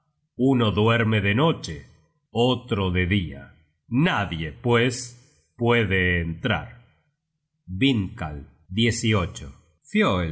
uno duerme de noche otro de dia nadie pues puede entrar